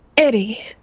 Eddie